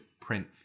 print